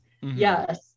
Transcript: yes